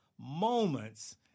moments